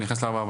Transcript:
אני נכנס ל-443.